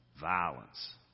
violence